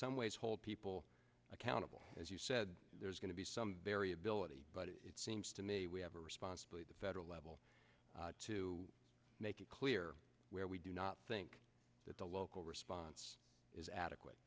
some ways hold people accountable as you said there's going to be some variability but it seems to me we have a responsibility the federal level to make it clear where we do not think that the local response is